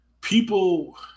People